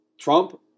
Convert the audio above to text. Trump